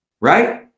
Right